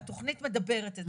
והתכנית מדברת על זה.